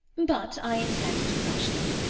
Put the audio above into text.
but i intend to crush them.